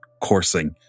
coursing